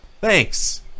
Thanks